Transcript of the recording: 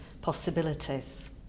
possibilities